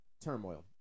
turmoil